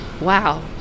Wow